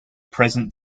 present